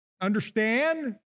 understand